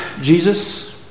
Jesus